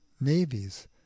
navies